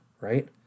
right